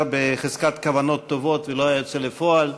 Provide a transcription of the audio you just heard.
בחזקת כוונות טובות ולא היה יוצא לפועל.